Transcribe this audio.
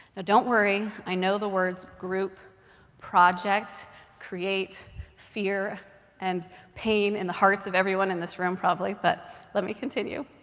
ah don't worry, i know the words group project create fear and pain in the hearts of everyone in this room, probably. but let me continue.